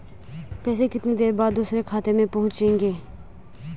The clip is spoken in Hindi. पैसे कितनी देर बाद दूसरे खाते में पहुंचेंगे?